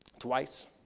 twice